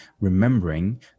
remembering